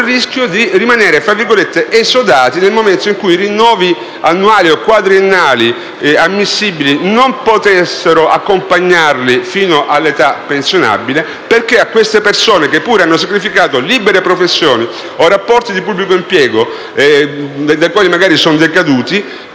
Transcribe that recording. rischio di rimanere "esodati" nel momento in cui i rinnovi annuali o quadriennali ammissibili non potessero accompagnarli fino all'età pensionabile. A queste persone, che pure hanno sacrificato libere professioni o rapporti di pubblico impiego dai quali magari sono decaduti,